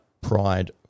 Pride